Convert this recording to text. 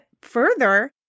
further